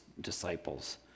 disciples